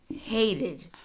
hated